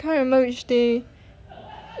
I can't remember which day